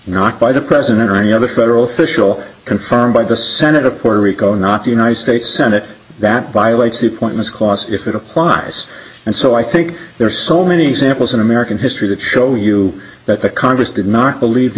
not by the president or any other federal official confirmed by the senate of puerto rico not the united states senate that violates the pointless cos if it applies and so i think there are so many examples in american history that show you that the congress did not believe the